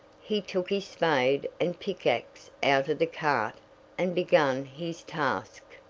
he took his spade and pick-ax out of the cart and begun his task.